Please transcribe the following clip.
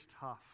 tough